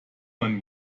man